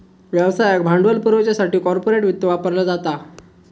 व्यवसायाक भांडवल पुरवच्यासाठी कॉर्पोरेट वित्त वापरला जाता